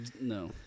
No